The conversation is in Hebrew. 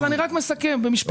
אני מסכם במשפט.